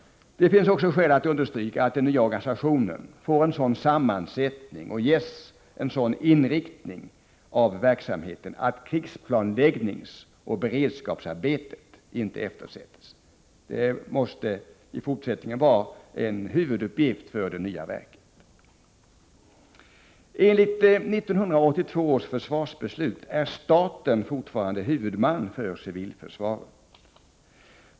Det finns också skäl att understryka att den nya organisationen får en sådan sammansättning och ges en sådan inriktning av verksamheten att krigsplanläggningsoch beredskapsarbetet ej eftersätts. Det måste i fortsättningen vara en huvuduppgift för det nya verket. Enligt 1982 års försvarsbeslut är staten fortfarande huvudman för civilförsvaret.